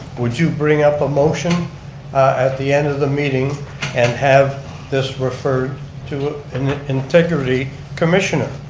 would you bring up a motion at the end of the meeting and have this referred to an integrity commissioner.